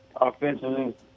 Offensively